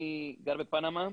זה 82 ארגונים,